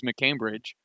McCambridge